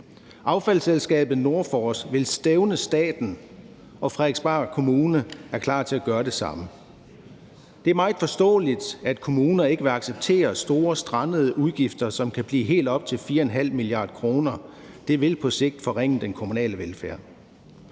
Affaldsselskabet Norfors vil stævne staten, og Frederiksberg Kommune er klar til at gøre det samme. Det er meget forståeligt, at kommuner ikke vil acceptere store strandede udgifter, som kan blive helt op til 4,5 mia. kr. Det vil på sigt forringe den kommunale velfærd.